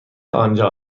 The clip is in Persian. آنجا